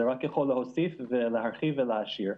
זה רק יכול להוסיף, להרחיב ולהעשיר.